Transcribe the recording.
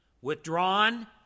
withdrawn